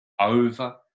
over